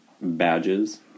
badges